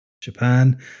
japan